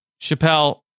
Chappelle